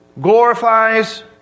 glorifies